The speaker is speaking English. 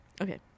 okay